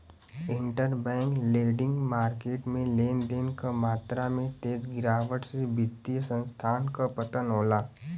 interbank lending market में लेन देन क मात्रा में तेज गिरावट से वित्तीय संस्थान क पतन होला